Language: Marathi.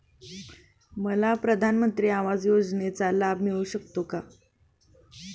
मला प्रधानमंत्री आवास योजनेचा लाभ मिळू शकतो का?